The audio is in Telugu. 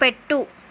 పెట్టు